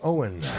Owen